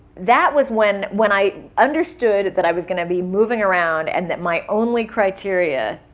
that was when when i understood that i was gonna be moving around and that my only criteria,